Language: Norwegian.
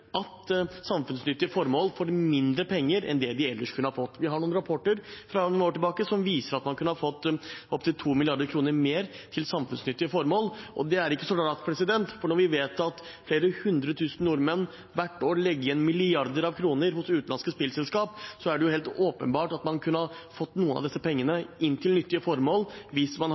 at samfunnsnyttige formål får mindre penger enn det de ellers kunne fått. Vi har noen rapporter fra noen år tilbake som viser at man kunne fått opptil 2 mrd. kr mer til samfunnsnyttige formål. Det er ikke så rart når vi vet at flere hundretusen nordmenn hvert år legger igjen milliarder av kroner hos utenlandske spillselskap, og det er helt åpenbart at man kunne fått noe av disse pengene inn til nyttige formål hvis man